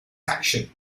action